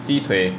鸡腿